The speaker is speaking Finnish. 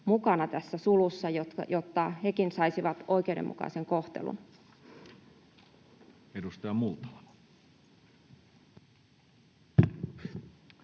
mukana tässä sulussa, jotta nekin saisivat oikeudenmukaisen kohtelun. Edustaja Multala.